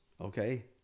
Okay